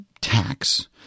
tax